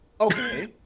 Okay